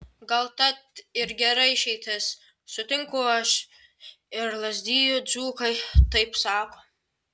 gal tat ir gera išeitis sutinku aš ir lazdijų dzūkai taip sako